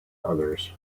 others